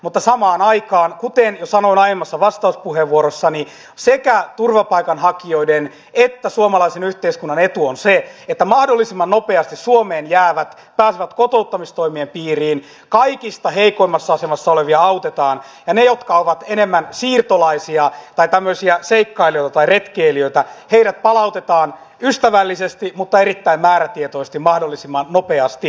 mutta samaan aikaan kuten jo sanoin aiemmassa vastauspuheenvuorossani sekä turvapaikanhakijoiden että suomalaisen yhteiskunnan etu on se että suomeen jäävät pääsevät mahdollisimman nopeasti kotouttamistoimien piiriin kaikista heikoimmassa asemassa olevia autetaan ja heidät jotka ovat enemmän siirtolaisia tai tämmöisiä seikkailijoita tai retkeilijöitä palautetaan ystävällisesti mutta erittäin määrätietoisesti mahdollisimman nopeasti